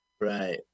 right